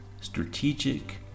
strategic